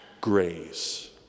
grace